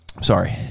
Sorry